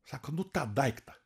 sako nu tą daiktą